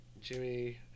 Jimmy